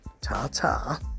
Ta-ta